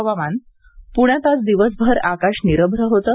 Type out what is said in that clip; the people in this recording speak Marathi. हवामान प्ण्यात आज दिवसभर आकाश निरश्न होतं